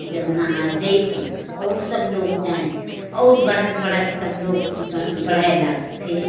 जब नहाए गए तो और सब लोग जाएँ और बढ़ते बढ़ते सब लोग बढ़ने लगे फिर